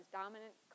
dominant